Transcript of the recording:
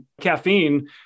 caffeine